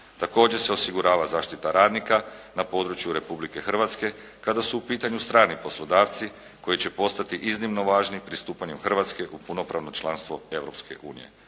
Također se osigurava zaštita radnika na području Republike Hrvatske kada su u pitanju strani poslodavci koji će postati iznimno važni pristupanjem Hrvatske u punopravno članstvo